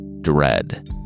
dread